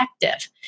effective